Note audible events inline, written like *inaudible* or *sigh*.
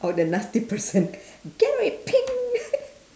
or the nasty person damm it ping *laughs*